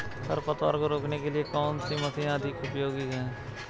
खरपतवार को रोकने के लिए कौन सी मशीन अधिक उपयोगी है?